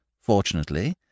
Fortunately